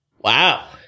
Wow